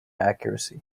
accuracy